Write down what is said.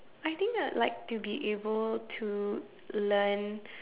I think I'd like to be able to learn